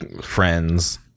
friends